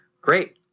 great